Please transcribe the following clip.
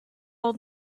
all